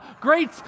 great